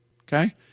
okay